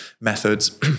methods